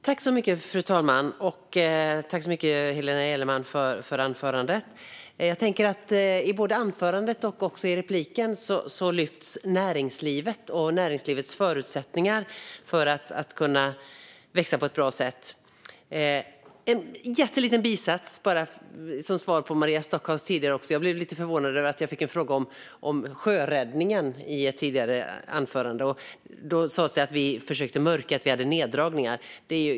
Fru talman! Tack så mycket, Helena Gellerman, för anförandet! I både anförandet och i replikskiftet lyftes näringslivet och näringslivets förutsättningar fram för att man ska kunna växa på ett bra sätt. Jag ska säga något, som en jätteliten bisats, som svar på Maria Stockhaus tidigare fråga. Jag blev lite förvånad över att jag fick en fråga om sjöräddningen i ett tidigare anförande. Det sades att vi försökte mörka att vi hade neddragningar.